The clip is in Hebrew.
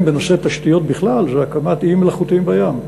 בנושא תשתיות בכלל זה הקמת איים מלאכותיים בים.